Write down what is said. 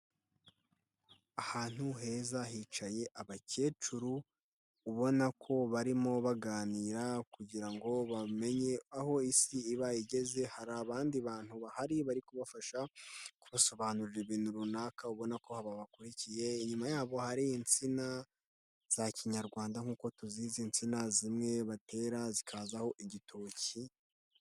Ahantu heza hicaye abakecuru, ubona ko barimo baganira kugira ngo bamenye aho isi iba igeze, hari abandi bantu bahari bari kubafasha kubasobanurira ibintu runaka ubona ko babakurikiye, inyuma yabo hari insina za kinyarwanda nk'uko tuzizi, insina zimwe batera zikazaho igitoki...